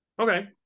Okay